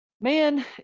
Man